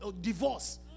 divorce